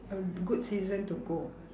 a good season to go